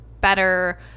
better